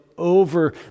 over